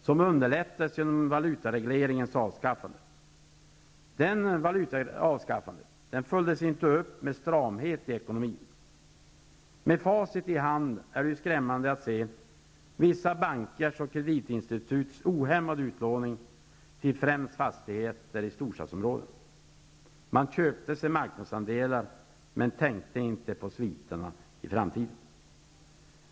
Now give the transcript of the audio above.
Denna underlättades genom valutaregleringens avskaffande, som inte följdes upp med stramhet i ekonomin. Med facit i hand är det skrämmande att se vissa bankers och kreditinstituts ohämmade utlåning till främst fastigheter i storstadsområdena. Man köpte sig marknadsandelar men tänkte inte på sviterna i framtiden.